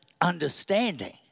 understanding